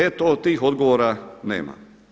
E to, tih odgovora nema.